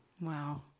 Wow